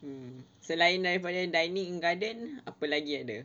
mm selain daripada dining in garden apa lagi ada